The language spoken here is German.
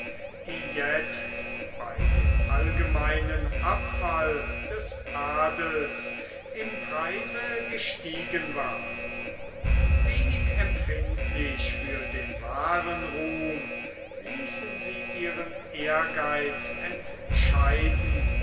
die jetzt bei dem allgemeinen abfall des adels im preise gestiegen war wenig empfindlich für den wahren ruhm ließen sie ihren ehrgeiz entscheiden